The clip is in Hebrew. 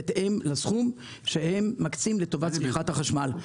בהתאם לסכום שהם מקצים לטובת צריכת החשמל.